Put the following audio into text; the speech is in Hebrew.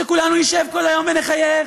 שכולנו נשב כל היום ונחייך,